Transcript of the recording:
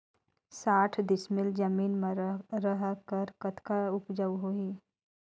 साठ डिसमिल जमीन म रहर म कतका उपजाऊ होही?